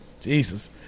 Jesus